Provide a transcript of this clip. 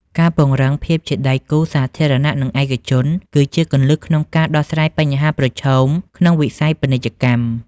ការពង្រឹងភាពជាដៃគូសាធារណៈ និងឯកជន គឺជាគន្លឹះក្នុងការដោះស្រាយបញ្ហាប្រឈមក្នុងវិស័យពាណិជ្ជកម្ម។